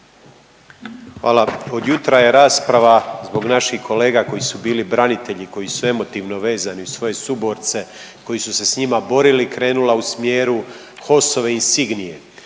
Hvala. Od jutra je rasprava zbog naših kolega koji su bili branitelji, koji su emotivno vezani uz svoje suborce koji su se s njima borila, krenula u smjeru HOS-ove insignije,